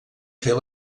fer